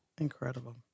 Incredible